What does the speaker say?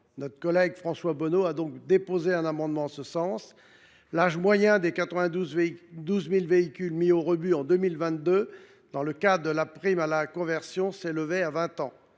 Notre collègue François Bonneau a déposé un amendement en ce sens. En 2022, l’âge moyen des 92 000 véhicules mis au rebut dans le cadre de la prime à la conversion s’élevait à 20 ans.